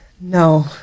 No